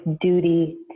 duty